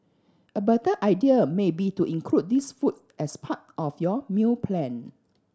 a better idea may be to include these foods as part of your meal plan